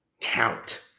count